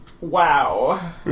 Wow